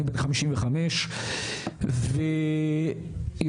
אני בן 55. הגעתי לחקירת משטרה.